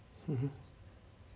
mmhmm